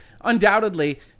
Undoubtedly